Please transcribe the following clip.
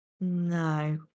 No